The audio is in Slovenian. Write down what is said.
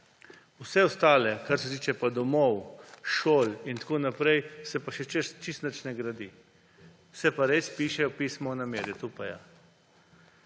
Vsega ostalega, kar se tiče domov, šol in tako naprej, se pa še čisto nič ne gradi. Se pa res pišejo pisma o nameri, to pa ja.